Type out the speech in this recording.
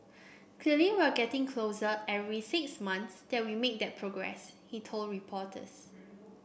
clearly we're getting closer every six months that we make that progress he told reporters